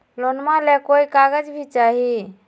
लोनमा ले कोई कागज भी चाही?